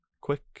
quick